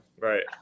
Right